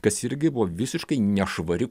kas irgi buvo visiškai nešvari